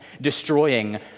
destroying